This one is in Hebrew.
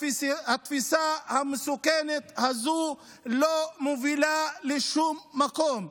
התפיסה המסוכנת הזו לא מובילה לשום מקום.